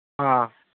ꯑꯥ